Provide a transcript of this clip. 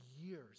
years